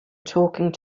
talking